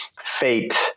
fate